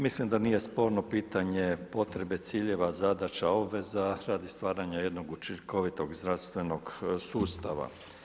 Mislim da nije sporno pitanje potrebe ciljeva, zadaća, obveza radi stvaranja jednog učinkovitog zdravstvenog sustava.